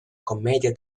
commedia